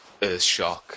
Earthshock